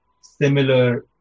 similar